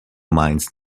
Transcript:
mines